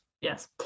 yes